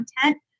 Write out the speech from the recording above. content